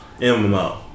MMO